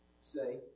say